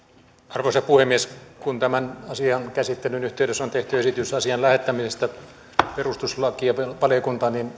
arvoisa puhemies kun tämän asian käsittelyn yhteydessä on tehty esitys asian lähettämisestä perustuslakivaliokuntaan niin